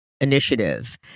initiative